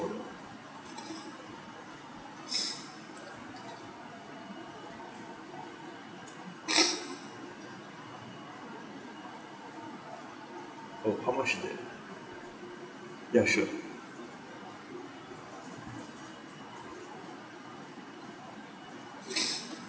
oh how much is that ya sure